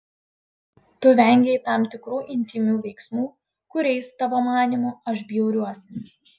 tu vengei tam tikrų intymių veiksmų kuriais tavo manymu aš bjauriuosi